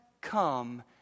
come